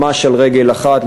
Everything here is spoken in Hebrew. ממש על רגל אחת,